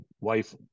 wife